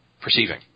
perceiving